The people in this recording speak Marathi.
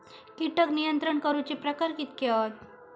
कीटक नियंत्रण करूचे प्रकार कितके हत?